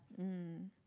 um